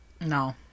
No